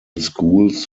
schools